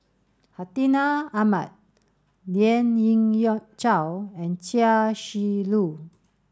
Hartinah Ahmad Lien Ying Chow and Chia Shi Lu